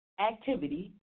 Activity